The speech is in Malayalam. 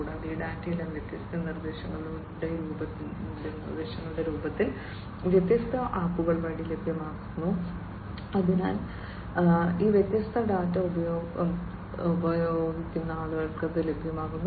കൂടാതെ ഈ ഡാറ്റയെല്ലാം വ്യത്യസ്ത നിർദ്ദേശങ്ങളുടെ രൂപത്തിൽ വ്യത്യസ്ത ആപ്പുകൾ വഴി ലഭ്യമാക്കുന്നു അല്ലെങ്കിൽ ഈ വ്യത്യസ്ത ഡാറ്റ ഉപയോക്താക്കൾക്ക് ലഭ്യമാക്കുന്നു